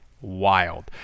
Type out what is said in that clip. wild